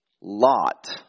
Lot